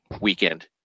weekend